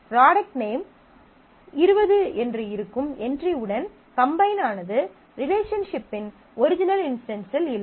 எனவே product name 20 என்று இருக்கும் என்ட்ரி உடன் கம்பைன் ஆனது ரிலேஷன்ஷிப்பின் ஒரிஜினல் இன்ஸ்டன்ஸில் இல்லை